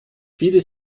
viele